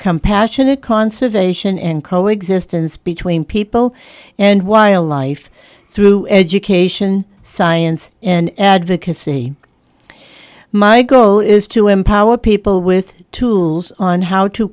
compassionate conservation and coexistence between people and wildlife through education science and advocacy my goal is to empower people with tools on how to